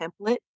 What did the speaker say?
template